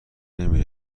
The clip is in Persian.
نمی